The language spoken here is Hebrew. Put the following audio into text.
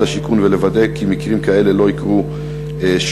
השיכון ולוודא כי מקרים כאלה לא יקרו שוב.